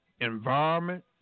environment